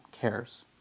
cares